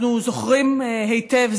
אנחנו זוכרים היטב,